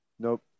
Nope